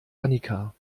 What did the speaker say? annika